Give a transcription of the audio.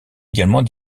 également